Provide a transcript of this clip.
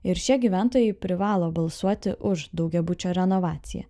ir šie gyventojai privalo balsuoti už daugiabučio renovaciją